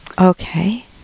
Okay